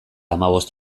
hamabost